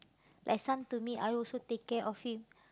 my son to me I also take care of him